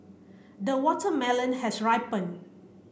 the watermelon has ripened